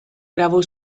bravo